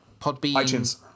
Podbean